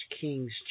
Kings